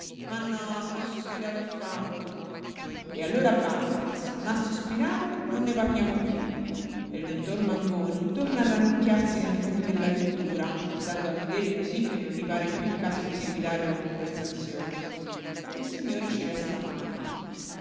ma no non ho sospirato affatto e allora basta se non ha sospirato non ne parliamo piú e il dottor mangoni torna a rannicchiarsi nel fondo della vettura dando a vedere cosí che non gli pare piú il caso di seguitare la conversazione il signore ci resta male